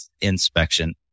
inspection